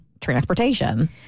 transportation